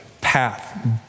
path